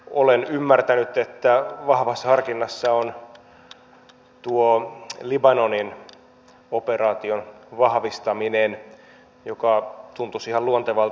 olen ymmärtänyt että vahvassa harkinnassa on tuo libanonin operaation vahvistaminen joka tuntuisi ihan luontevalta